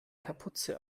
kapuze